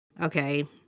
Okay